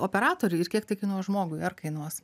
operatoriui ir kiek tai kainuos žmogui ar kainuos